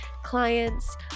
clients